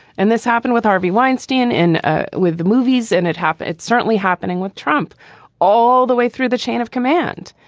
and this happened with harvey weinstein and ah with the movies. and it happened it's certainly happening with trump all the way through the chain of command.